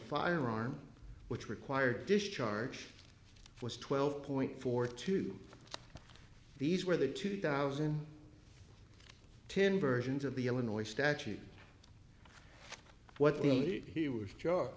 firearm which required discharge was twelve point four two these were the two thousand and ten versions of the illinois statute what the he was jo